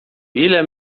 ile